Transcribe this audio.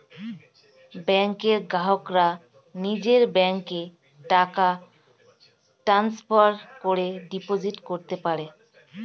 ব্যাংকের গ্রাহকরা নিজের ব্যাংকে টাকা ট্রান্সফার করে ডিপোজিট করতে পারে